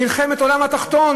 מלחמת העולם התחתון,